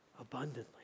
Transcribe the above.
abundantly